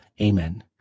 Amen